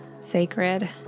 sacred